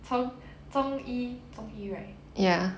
从中一中一 right